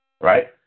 right